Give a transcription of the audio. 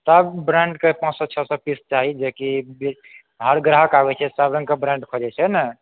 सब ब्रांड के पाँच सए छ ओ सए पीस चाही जेकी हर ग्राहक आबै छै सब रंग के ब्रांड खोजै छै ने